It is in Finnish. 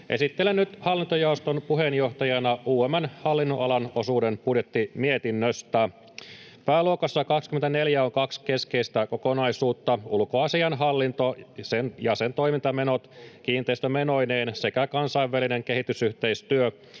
Esittelen nyt hallintojaoston puheenjohtajana UM:n hallinnonalan osuuden budjettimietinnöstä. Pääluokassa 24 on kaksi keskeistä kokonaisuutta: ulkoasiainhallinto ja sen toimintamenot kiinteistömenoineen sekä kansainvälinen kehitysyhteistyö,